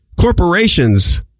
Corporations